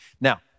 Now